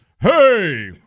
Hey